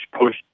push